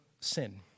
sin